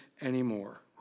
anymore